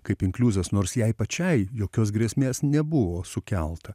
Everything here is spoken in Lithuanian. kaip inkliuzas nors jai pačiai jokios grėsmės nebuvo sukelta